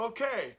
Okay